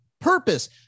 purpose